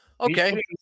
Okay